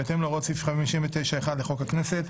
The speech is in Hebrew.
בהתאם להוראות סעיף 59(1) לחוק הכנסת,